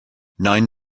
nine